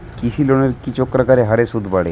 কৃষি লোনের কি চক্রাকার হারে সুদ বাড়ে?